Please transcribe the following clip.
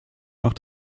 nach